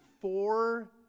four